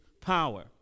power